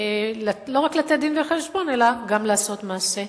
לא רק לתת דין-וחשבון אלא גם לעשות מעשה,